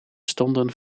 stonden